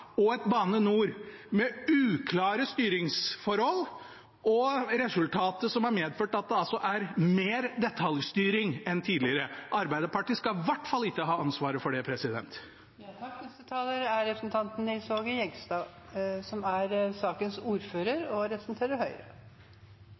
og et Bane NOR, med uklare styringsforhold og et resultat som har medført at det er mer detaljstyring enn tidligere. Arbeiderpartiet skal i hvert fall ikke ha ansvaret for det.